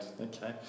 Okay